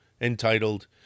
entitled